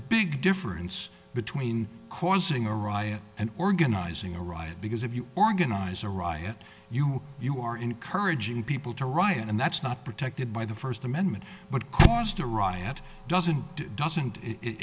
big difference between causing a riot and organizing a riot because if you organize a riot you you are encouraging people to riot and that's not protected by the first amendment but caused a riot doesn't it doesn't